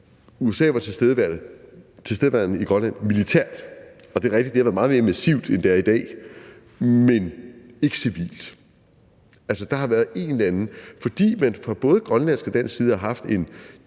USA var tilstedeværende i Grønland militært – og det er rigtigt, at det har været meget mere massivt, end det er i dag – men ikke civilt. Fra både grønlandsk og dansk side har man